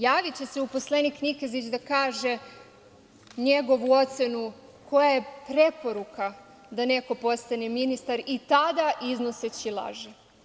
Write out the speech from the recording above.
Javiće se uposlenik Nikezić da kaže njegovu ocenu koja je preporuka da neko postane ministar i tada iznoseći laži.